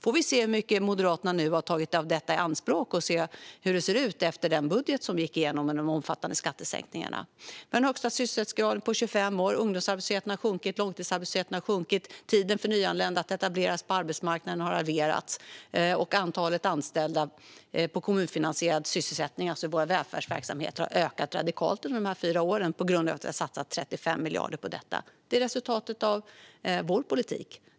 Vi får se hur mycket av detta som Moderaterna har tagit i anspråk och hur det ser ut efter de omfattande skattesänkningarna i den budget som gick igenom. Men vi har den högsta sysselsättningsgraden på 25 år. Ungdomsarbetslösheten och långtidsarbetslösheten har sjunkit. Tiden för nyanlända att etableras på arbetsmarknaden har halverats, och antalet anställa i kommunfinansierad sysselsättning - alltså våra välfärdsverksamheter - har ökat radikalt under dessa fyra år tack vare att vi har satsat 35 miljarder på detta. Det är resultatet av vår politik.